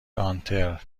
گانتر